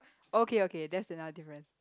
okay okay that's another difference